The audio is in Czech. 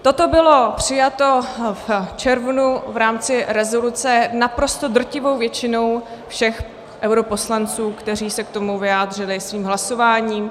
Toto bylo přijato v rámci rezoluce naprosto drtivou většinou všech europoslanců, kteří se k tomu vyjádřili svým hlasováním.